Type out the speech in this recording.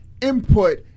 input